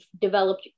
developed